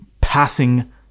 passing